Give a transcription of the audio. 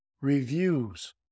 Reviews